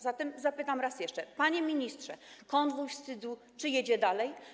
Zatem zapytam raz jeszcze: Panie ministrze, czy konwój wstydu jedzie dalej?